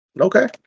Okay